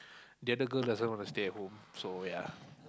the other girl doesn't wanna stay at home so ya